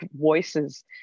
voices